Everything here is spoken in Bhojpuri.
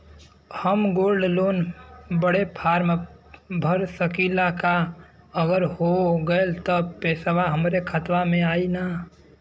हम गोल्ड लोन बड़े फार्म भर सकी ला का अगर हो गैल त पेसवा हमरे खतवा में आई ना?